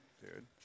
dude